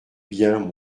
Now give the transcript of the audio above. bien